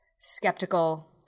skeptical